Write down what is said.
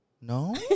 No